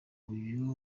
uyu